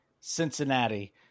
Cincinnati